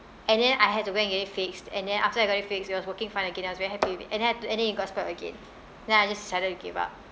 and then I had to go and get it fixed and then after I got it fixed it was working fine again and I was very happy with and that I had to and then it got spoiled again then I just decided to give up